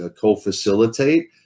co-facilitate